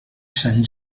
sant